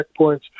checkpoints